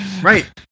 right